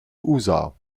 usa